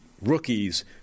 rookies